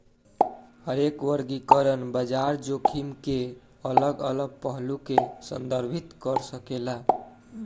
हरेक वर्गीकरण बाजार जोखिम के अलग अलग पहलू के संदर्भित कर सकेला